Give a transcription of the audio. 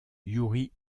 youri